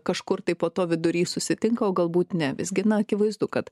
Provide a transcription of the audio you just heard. kažkur tai po to vidury susitinka o galbūt ne visgi na akivaizdu kad